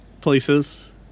places